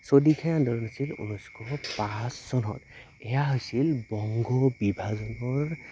স্বদেশী আন্দোলন আছিল ঊনৈছশ পাঁচ চনৰ এয়া হৈছিল বংগ বিভাজনৰ